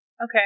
Okay